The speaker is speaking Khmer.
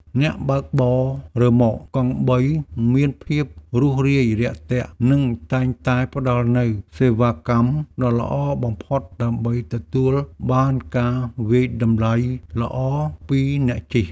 អ្នកបើកបររ៉ឺម៉កកង់បីមានភាពរួសរាយរាក់ទាក់និងតែងតែផ្តល់នូវសេវាកម្មដ៏ល្អបំផុតដើម្បីទទួលបានការវាយតម្លៃល្អពីអ្នកជិះ។